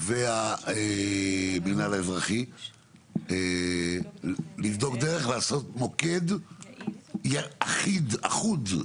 והמינהל האזרחי לבדוק דרך לעשות מוקד יחיד, אחוד,